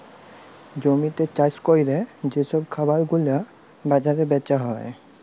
জমিতে চাষ ক্যরে যে সব খাবার গুলা বাজারে বেচা যায়